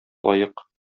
лаек